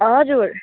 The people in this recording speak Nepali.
हजुर